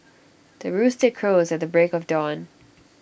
the rooster crows at the break of dawn